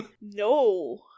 no